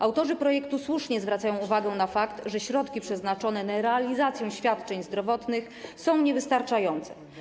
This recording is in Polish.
Autorzy projektu słusznie zwracają uwagę na fakt, że środki przeznaczone na realizację świadczeń zdrowotnych są niewystarczające.